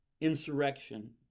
insurrection